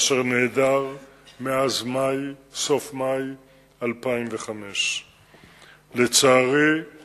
אשר נעדר מאז סוף מאי 2005. לצערי,